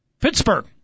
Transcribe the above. Pittsburgh